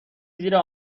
زیر